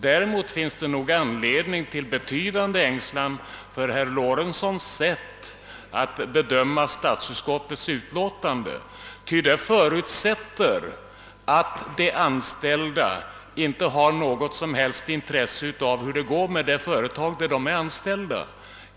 Däremot finns det nog anledning till betydande ängslan för herr Lorentzons sätt att bedöma statsutskottets utlåtande, ty det förutsätter att de anställda inte har något som helst intresse av hur det går med det företag där de är anställda.